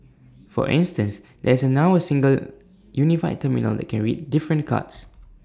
for instance there's now A single unified terminal that can read different cards